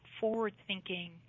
forward-thinking